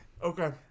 Okay